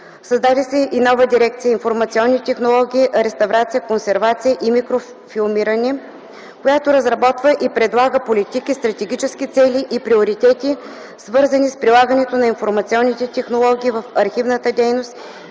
Създаде се и нова Дирекция „Информационни технологии, реставрация, консервация и микрофилмиране”, която разработва и предлага политики, стратегически цели и приоритети, свързани с прилагането на информационните технологии в архивната дейност